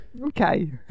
Okay